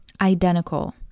identical